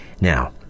Now